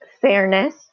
fairness